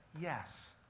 yes